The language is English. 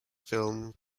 film